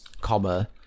comma